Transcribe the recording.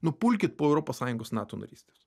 nu pulkit po europos sąjungos nato narystės